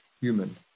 human